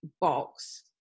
box